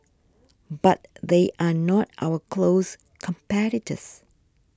but they are not our close competitors